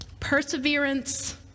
Perseverance